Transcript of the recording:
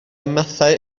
mathau